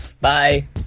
Bye